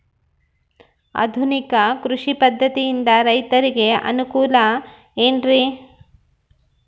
ಆಧುನಿಕ ಕೃಷಿ ಪದ್ಧತಿಯಿಂದ ರೈತರಿಗೆ ಅನುಕೂಲ ಏನ್ರಿ?